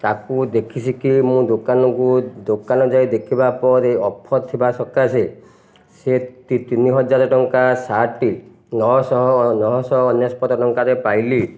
ତାକୁ ଦେଖି ଶିଖି ମୁଁ ଦୋକାନକୁ ଦୋକାନ ଯାଇ ଦେଖିବା ପରେ ଅଫର୍ ଥିବା ସକାଶେ ସେ ତିନି ହଜାର ଟଙ୍କା ସାର୍ଟ୍ଟି ନଅଶହ ନଅଶହ ଅନେଶତ ଟଙ୍କାରେ ପାଇଲି